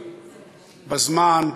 בזמן,